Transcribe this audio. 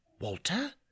walter